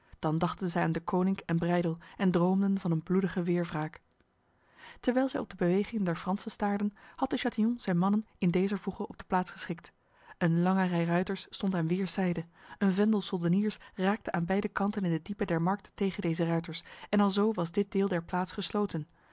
dan dachten zij aan deconinck en breydel en droomden van een bloedige weerwraak terwijl zij op de bewegingen der fransen staarden had de chatillon zijn mannen in dezer voege op de plaats geschikt een lange rij ruiters stond aan weerszijde een vendel soldeniers raakte aan beide kanten in het diepe der markt tegen deze ruiters en alzo was dit deel der plaats gesloten